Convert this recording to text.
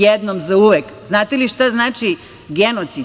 Jednom zauvek, znate li šta znači genocid?